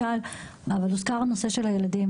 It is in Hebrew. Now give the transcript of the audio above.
הוזכר הנושא של הילדים,